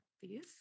please